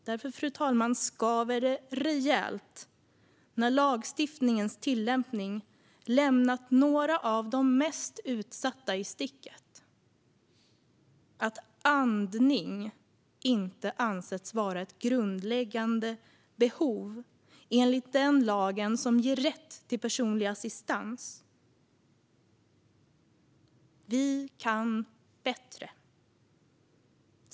Därför, fru talman, skaver det rejält när lagstiftningens tillämpning lämnat några av de mest utsatta i sticket - att andning inte ansetts vara ett grundläggande behov enligt den lag som ger rätt till personlig assistans. Vi kan bättre.